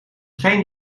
geen